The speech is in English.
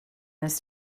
this